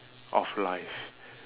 of life